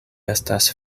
estas